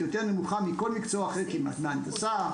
יותר נמוכה מכל מקצוע אחר כמעט מהנדסה,